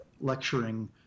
lecturing